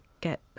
get